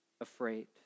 afraid